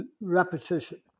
repetition